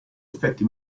effetti